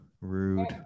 rude